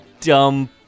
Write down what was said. dumb